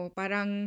parang